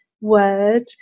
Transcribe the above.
word